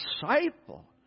disciple